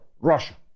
Russia